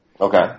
Okay